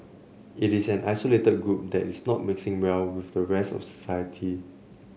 it is an isolated group that is not mixing well with the rest of society